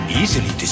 easily